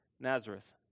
Nazareth